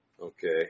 Okay